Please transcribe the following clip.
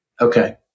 Okay